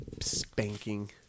spanking